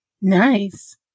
nice